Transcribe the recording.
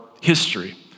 history